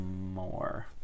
more